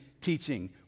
teaching